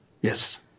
Yes